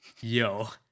Yo